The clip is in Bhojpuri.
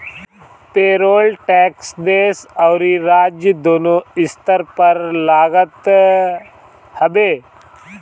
पेरोल टेक्स देस अउरी राज्य दूनो स्तर पर लागत हवे